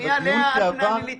תכף נברר את